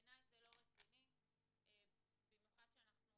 בעיני זה לא רציני במיוחד שאנחנו